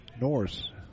Norse